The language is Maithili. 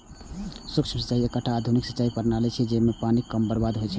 सूक्ष्म सिंचाइ एकटा आधुनिक सिंचाइ प्रणाली छियै, जइमे पानिक कम बर्बादी होइ छै